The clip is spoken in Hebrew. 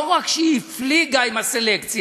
לא רק שהיא הפליגה עם הסלקציה,